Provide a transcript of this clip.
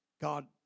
God